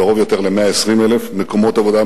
קרוב יותר ל-120,000 מקומות עבודה,